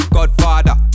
Godfather